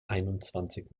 einundzwanzig